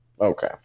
Okay